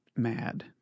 mad